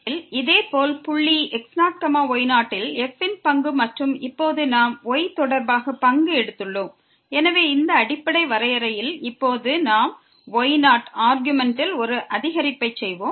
ஏனெனில் இதேபோல் புள்ளி x0y0யில் f ன் பங்கு மற்றும் இப்போது நாம் y தொடர்பாக பங்கு எடுத்துள்ளோம் எனவே அந்த அடிப்படை வரையறையில் இப்போது நாம் y0 ஆர்க்யூமென்ட்டில் ஒரு அதிகரிப்பை செய்வோம்